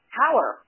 power